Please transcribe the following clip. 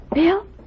Bill